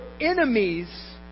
enemies